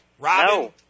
Robin